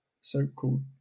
so-called